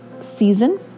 season